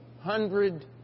hundred